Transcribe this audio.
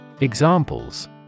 Examples